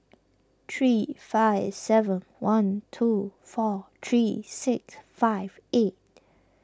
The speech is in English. three five seven one two four three six five eight